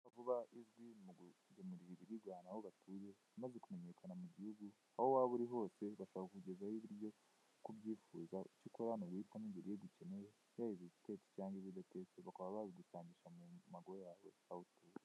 Vuba izwi mukugemura ibiribwa abantu aho batuye, imaze kumenyekana mu gihugu aho waba uri hose bashobora kukugezaho ibiryo uko ubyifuza, icyo ukora nuguhitamo ibiribwa ukeneye, yaba ibitetse cyangwa ibidatetse bakaba babigushangisha mumago yawe aho utuye.